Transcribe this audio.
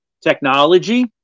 technology